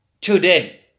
today